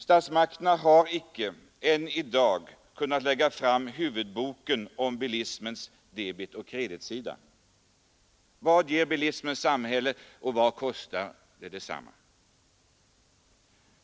Statsmakterna har ännu i dag icke kunnat lä med bilismens debetoch kreditsida. Vad ger bilismen samhället och vad kostar den detsamma?